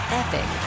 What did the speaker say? epic